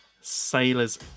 sailor's